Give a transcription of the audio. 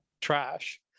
trash